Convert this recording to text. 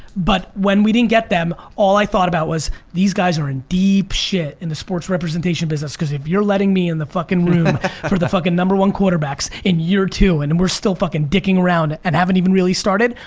but when we didn't get them all i thought about was, these guys are in deep shit. in the sports representation business, cause if you're letting me in the fuckin room for the fuckin' number one quarterbacks in year two and and we're still fuckin' dicking around and haven't even really started,